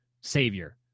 savior